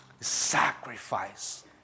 Sacrifice